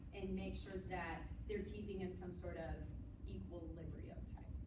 and make sure that they're keeping it some sort of equal delivery of